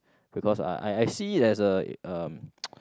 because I I see it as uh um